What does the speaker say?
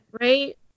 Right